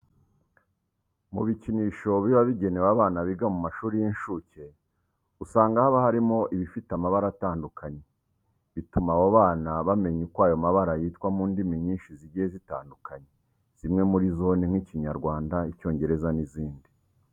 Mu bikinisho biba bigenewe abana biga mu mashuri y'incuke, usanga haba harimo ibifite amabara atandukanye, bituma abo bana bamenya uko ayo mabara yitwa mu ndimi nyinshi zigiye zitandukanye. Zimwe muri zo ni nk'Ikinyarwanda, Icyongereza n'izindi.